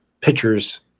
pitchers